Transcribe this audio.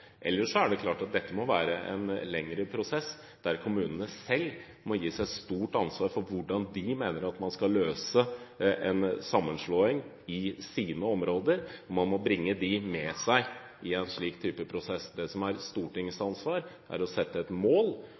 Ellers er det klart at dette må være en lengre prosess, der kommunene selv må gis et stort ansvar for hvordan man skal løse en sammenslåing i sine områder. Man må ha dem med seg i en slik type prosess. Det som er Stortingets ansvar, er å sette et mål,